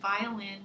violin